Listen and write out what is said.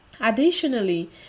Additionally